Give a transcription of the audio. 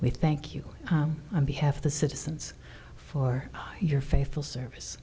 we thank you on the half the citizens for your faithful service